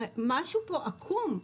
משהו פה עקום.